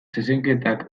zezenketak